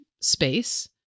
space